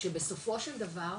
שבסופו של דבר,